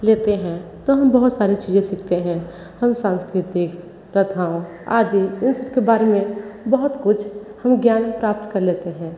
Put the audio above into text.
लेते हैं तो हम बहुत सारे चीज़ें सीखते हैं हम सांस्कृतिक प्रथाओं आदि इन सब के बारे में बहुत कुछ हम ज्ञान प्राप्त कर लेते हैं